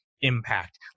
impact